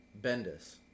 Bendis